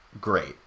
great